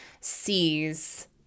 sees